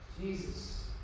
Jesus